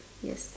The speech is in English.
yes